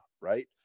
right